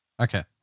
Okay